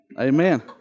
Amen